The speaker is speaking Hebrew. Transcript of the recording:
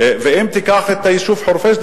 ואם תיקח את היישוב חורפיש,